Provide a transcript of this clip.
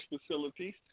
facilities